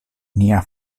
nia